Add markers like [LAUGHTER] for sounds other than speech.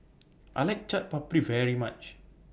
[NOISE] I like Chaat Papri very much